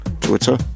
twitter